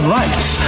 rights